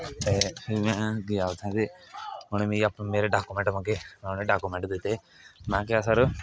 फिर में गेआ उत्थै ते उनें मिगी अपना मेरे डाॅकोमेंट मंगे में उनेंगी डाकोमेंट दित्ते में आखेआ सर